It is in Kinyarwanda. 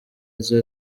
izo